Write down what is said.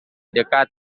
dekat